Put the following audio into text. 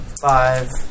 Five